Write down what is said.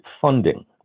funding